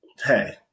Hey